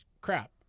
crap